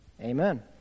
Amen